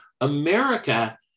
America